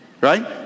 right